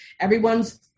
Everyone's